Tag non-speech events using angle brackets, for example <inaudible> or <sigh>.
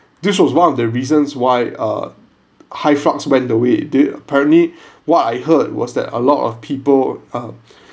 this was one of the reasons why uh hyflux went the way it did apparently <breath> what I heard was that a lot of people um